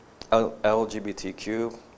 LGBTQ